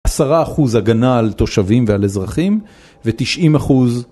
עשרה אחוז הגנה על תושבים ועל אזרחים ותשעים אחוז.